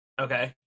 Okay